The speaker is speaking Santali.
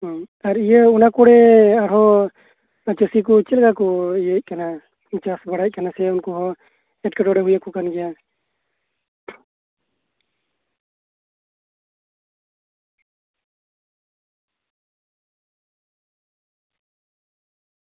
ᱟᱨ ᱤᱭᱟᱹ ᱟᱨᱦᱚᱸ ᱚᱱᱟ ᱠᱚᱨᱮ ᱪᱟᱥᱤ ᱠᱚ ᱪᱮᱫᱞᱮᱠᱟ ᱠᱚ ᱤᱭᱟᱹᱜ ᱠᱟᱱᱟ ᱪᱟᱥ ᱟᱵᱟᱫ ᱪᱟᱥ ᱵᱟᱲᱟᱭᱮᱫ ᱠᱟᱱ ᱜᱮᱭᱟᱠᱚ ᱥᱮ ᱩᱱᱠᱩ ᱦᱚᱸ ᱮᱴᱠᱮᱴᱚᱬᱮ ᱦᱩᱭᱟᱠᱚ ᱠᱟᱱ ᱜᱮᱭᱟ